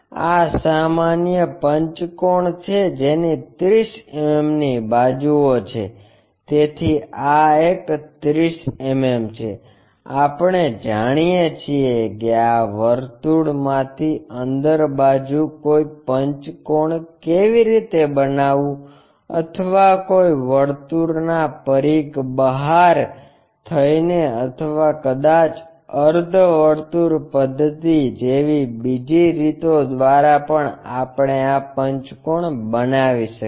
આ સામાન્ય પંચકોણ છે જેની 30 mm ની બાજુઓ છે તેથી આ એક 30 mm છે આપણે જાણીએ છીએ કે આ વર્તુળમાંથી અંદર બાજુ કોઈ પંચકોણ કેવી રીતે બનાવવું અથવા કોઈ વર્તુળના પરિઘ બહાર થઇને અથવા કદાચ અર્ધ વર્તુળ પદ્ધતિ જેવી બીજી રીતો દ્વારા પણ આપણે આ પંચકોણ બનાવી શકીએ